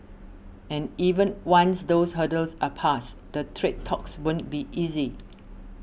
and even once those hurdles are passed the trade talks won't be easy